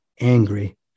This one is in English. angry